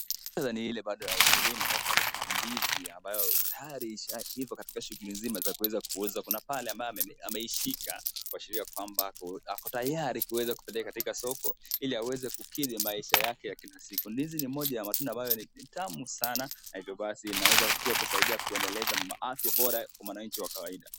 Muktatha ni ile bado ya ukulima, pale kuna ndizi ambayo tayari ishaiva katika shughuli zima za kuweza kuuzwa. Kuna pale ambaye ameweza kuishika kuashiria yakwamba yuko tayari kuweza kupeleka katika soko ili aweze kukidhi maisha yake ya kila siku. Ndizi ni moja ya matunda ambayo ni tamu sana, na hivyo basi inaweza saidia kuendeleza afya bora kwa mwananchi wa kawaida.